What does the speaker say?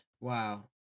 Wow